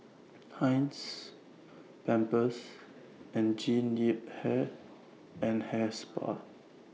Heinz Pampers and Jean Yip Hair and Hair Spa